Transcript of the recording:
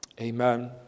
Amen